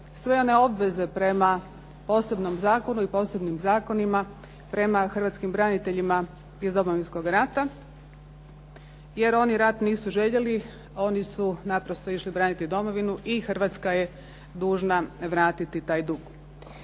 sve one obveze prema posebnom zakonu i posebnim zakonima prema hrvatskim braniteljima iz Domovinskog rata, jer oni rat nisu željeli, oni su naprosto išli braniti domovinu i Hrvatska je dužna vratiti taj dug.